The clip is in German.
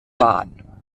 bahn